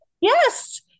Yes